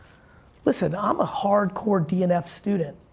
listen, i'm a hardcore d and f student,